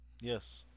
yes